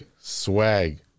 Swag